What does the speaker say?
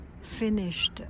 finished